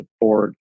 board